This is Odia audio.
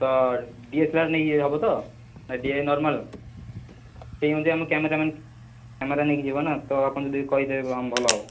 ତ ଡି ଏସ୍ ଲ ଆର୍ ନେଇ ହବ ତ ଡିଆ ଏଇ ନର୍ମାଲ୍ ସେଇ ଅନୁଯାୟୀ ଆମ କ୍ୟାମେରାମ୍ୟାନ୍ କ୍ୟାମେରା ନେଇକି ଯିବ ନା ତ ଆପଣ ଯଦି କହିଦେବେ ଭଲ ହବ